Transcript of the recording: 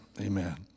Amen